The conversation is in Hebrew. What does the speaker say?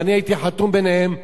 ואני הייתי חתום ביניהם,